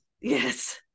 Yes